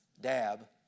dab